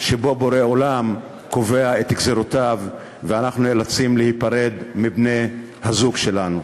שבו בורא עולם קובע את גזירותיו ואנחנו נאלצים להיפרד מבני-הזוג שלנו.